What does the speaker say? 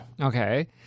Okay